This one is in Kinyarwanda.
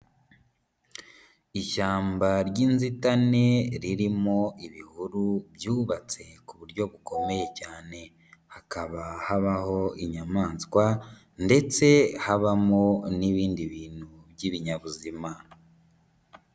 Ishyamba ry'inzitane ririmo ibihuru byubatse ku buryo bukomeye cyane, hakaba habaho inyamaswa ndetse habamo n'ibindi bintu by'ibinyabuzima.